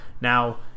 Now